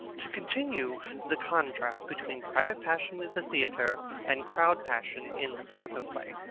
to continue the contrast between private passion in the theatre and crowd-passion in the photoplay,